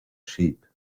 sheep